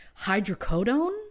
hydrocodone